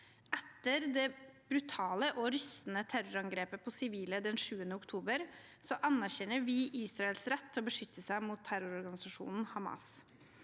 Etter det brutale og rystende terrorangrepet på sivile den 7. oktober anerkjenner vi Israels rett til å beskytte seg mot terrororganisasjonen Hamas.